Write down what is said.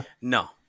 No